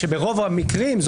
שברוב המקרים,